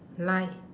like